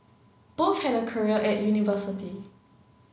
both had a career at university